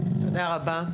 תודה רבה,